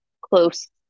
close